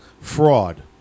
fraud